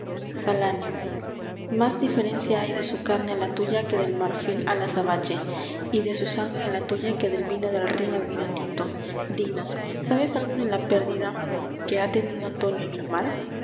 sangre salanio más diferencia hay de su carne á la tuya que del marfil al azabache y de su sangre á la tuya que del vino del rhin al vino tinto dinos sabes algo de la pérdida que ha tenido antonio en el mar